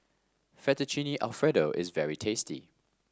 Fettuccine Alfredo is very tasty